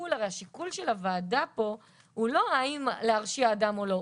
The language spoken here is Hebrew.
הרי השיקול של הוועדה פה הוא לא האם להרשיע אדם או לא,